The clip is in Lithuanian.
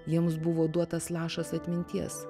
jiems buvo duotas lašas atminties